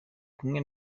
kumwe